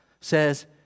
says